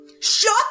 Shut